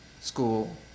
school